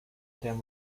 tiem